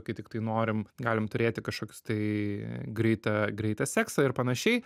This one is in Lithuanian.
kai tiktai norim galim turėti kažkokius tai greitą greitą seksą ir panašiai